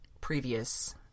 previous